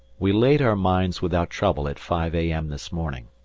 we laid our mines without trouble at five a m. this morning,